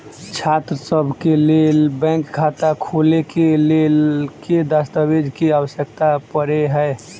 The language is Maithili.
छात्रसभ केँ लेल बैंक खाता खोले केँ लेल केँ दस्तावेज केँ आवश्यकता पड़े हय?